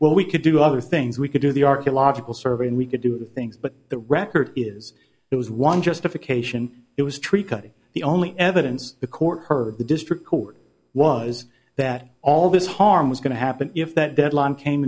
well we could do other things we could do the archaeological survey and we could do things but the record is it was one justification it was treated the only evidence the court heard the district court was that all this harm was going to happen if that deadline came